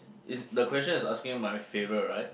is the question is asking my favourite right